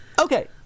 Okay